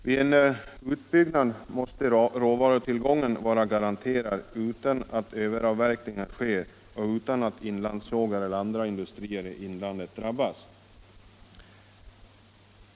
Vid en utbyggnad måste råvarutillgången vara garanterad utan att överavverkningar sker och utan att inlandssågar eller andra industrier i inlandet drabbas.